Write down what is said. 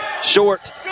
Short